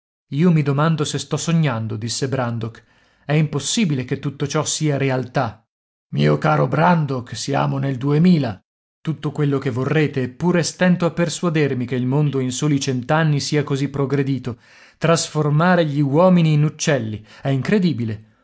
io mi domando se sto sognando disse brandok è impossibile che tutto ciò sia realtà mio caro brandok siamo nel duemila tutto quello che vorrete eppure stento a persuadermi che il mondo in soli cent'anni sia così progredito trasformare gli uomini in uccelli è incredibile